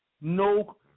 no